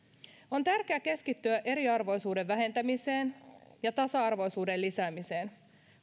on tärkeä keskittyä eriarvoisuuden vähentämiseen ja tasa arvoisuuden lisäämiseen